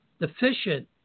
deficient